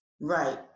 right